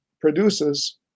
produces